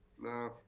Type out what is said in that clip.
No